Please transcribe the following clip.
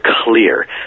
clear